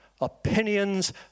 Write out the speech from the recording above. opinions